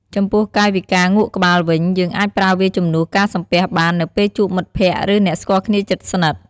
ចំពោះកាយវិការងក់ក្បាលវិញ យើងអាចប្រើវាជំនួសការសំពះបាន នៅពេលជួបមិត្តភក្តិ ឬអ្នកស្គាល់គ្នាជិតស្និទ្ធ។